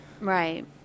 Right